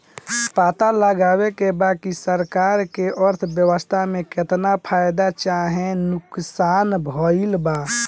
पता लगावे के बा की सरकार के अर्थव्यवस्था में केतना फायदा चाहे नुकसान भइल बा